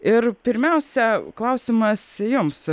ir pirmiausia klausimas jums